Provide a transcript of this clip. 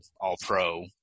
all-pro